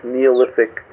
Neolithic